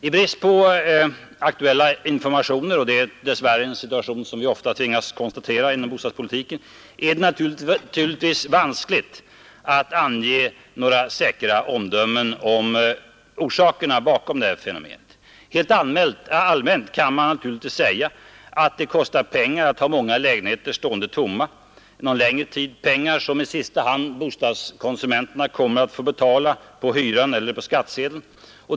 I brist på aktuella informationer — och det är dess värre en situation som vi ofta tvingas konstatera inom bostadspolitiken — är det naturligtvis vanskligt att ange några säkra omdömen om orsakerna bakom detta fenomen. Helt allmänt kan naturligtvis sägas att det kostar pengar att ha många lägenheter stående tomma någon längre tid, pengar som i sista hand hyresgästerna kommer att få betala på hyran eller på skattsedeln.